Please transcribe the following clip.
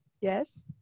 yes